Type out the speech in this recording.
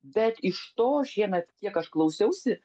bet iš to šiemet kiek aš klausiausi